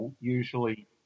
usually